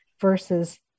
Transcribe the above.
versus